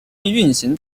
运行